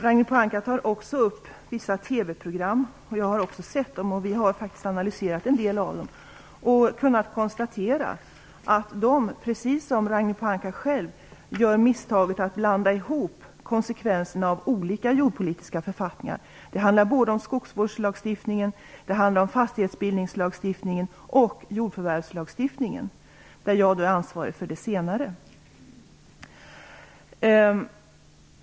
Ragnhild Pohanka tog också upp vissa TV program. Jag har också sett dem, och vi har faktiskt analyserat en del av dem och kunnat konstatera att man, precis som Ragnhild Pohanka själv gör, gör misstaget att blanda ihop konsekvenserna av olika jordbrukspolitiska författningar. Det handlar om såväl skogsvårdslagstiftningen och fastighetsbildningslagstiftningen som jordförvärvslagstiftningen, där jag är ansvarig för den senare.